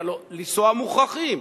כי הלוא לנסוע מוכרחים,